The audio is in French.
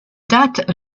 date